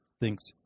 thinks